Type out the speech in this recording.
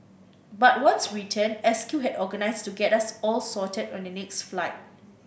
but once we returned S Q had organised to get us all sorted on the next flight